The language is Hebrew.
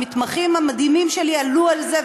המתמחים המדהימים שלי עלו על זה,